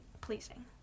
pleasing